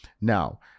Now